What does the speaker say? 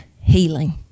healing